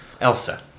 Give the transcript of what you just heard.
Elsa